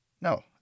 No